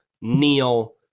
Neil